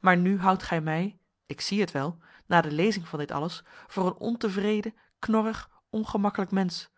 maar nu houdt gij mij ik zie het wel na de lezing van dit alles voor een ontevreden knorrig ongemakkelijk mensch